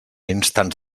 instants